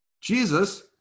Jesus